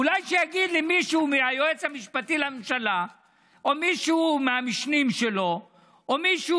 אולי יגיד לי מישהו מהיועץ המשפטי לממשלה או מישהו מהמשנים שלו או מישהו